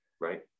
right